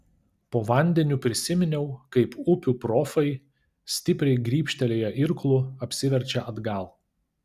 po vandeniu prisiminiau kaip upių profai stipriai grybštelėję irklu apsiverčia atgal